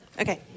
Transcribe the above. Okay